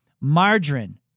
margarine